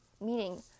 meaning